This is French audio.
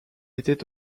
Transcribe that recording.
était